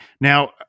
Now